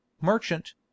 merchant